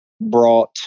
brought